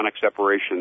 separation